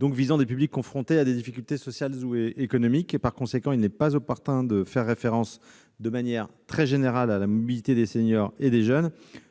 vise des publics confrontés à des difficultés sociales ou économiques. En conséquence, il n'est pas opportun de faire référence de manière très générale à la mobilité des seniors et des jeunes,